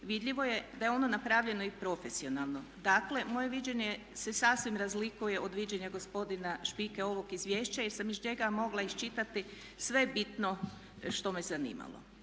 vidljivo je da je ono napravljeno i profesionalno. Dakle, moje viđenje se sasvim razlikuje od viđenja gospodina Špike ovog izvješća jer sam iz njega mogla iščitati sve bitno što me zanimalo.